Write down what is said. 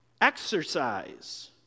exercise